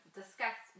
discuss